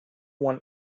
one